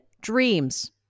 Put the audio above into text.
Dreams